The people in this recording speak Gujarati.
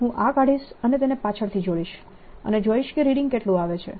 હું આ કાઢીશ અને તેને પાછળથી જોડીશ અને જોઇશ કે રીડિંગ કેટલું આવે છે